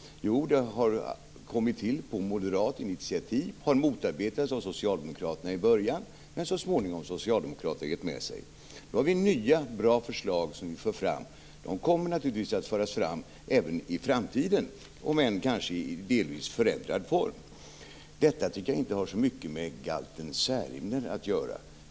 Jo, de har kommit till på moderat initiativ och har motarbetats av socialdemokraterna i början. Men så småningom har socialdemokraterna gett med sig. Nu har vi nya bra förslag som vi för fram. De kommer naturligtvis att föras fram även i framtiden, om än kanske i delvis förändrad form. Detta tycker jag inte har så mycket med galten Särimner att göra.